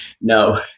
No